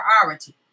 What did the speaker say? priority